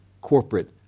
corporate